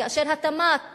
כאשר התמ"ת